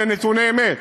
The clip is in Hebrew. אלה נתוני אמת.